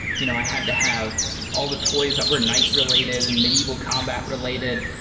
you know i had to have all the toys that were knight related and medieval combat related.